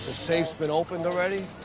safe's been opened already.